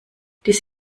dies